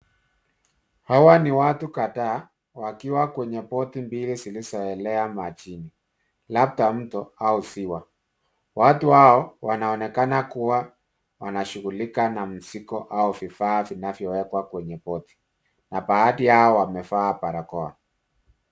Hawa ni watu kadhaa wakiwa kwenye boti mbili zinazoelea majini labda mto au ziwa. Watu hao wanaonekana kuwa wanashughulika na mzigo au vifaa vinavyo wekwa kwenye boti na baadhi yao wamevaa barakoa.